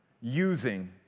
using